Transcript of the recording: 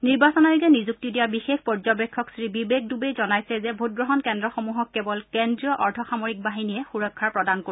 নিৰ্বাচন আয়োগে নিযুক্তি দিয়া বিশেষ পৰ্যবেক্ষক শ্ৰীবিবেক ডুবেই জনাইছে যে ভোটগ্ৰহণ কেন্দ্ৰ সমূহক কেৱল কেন্দ্ৰীয় অৰ্ধসামৰিক বাহিনীয়ে সুৰক্ষা প্ৰদান কৰিব